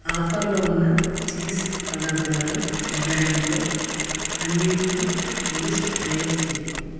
ఆఫర్లు ఉన్న చీజ్ పదార్థాలు బ్రాండ్లు అన్నిట్ని లిస్టు తయారుచేయి